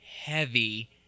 heavy